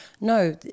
No